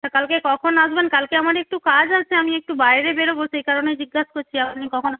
তা কালকে কখন আসবেন কালকে আমার একটু কাজ আছে আমি একটু বাইরে বেরোবো সে কারণেই জিজ্ঞাসা করছি আপনি কখন